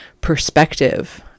perspective